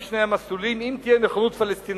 בשני המסלולים, אם כי אין נכונות פלסטינית